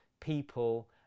people